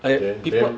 then then